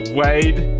wade